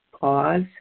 Pause